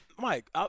Mike